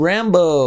Rambo